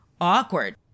awkward